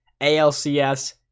alcs